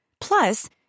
Plus